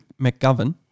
McGovern